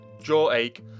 jawache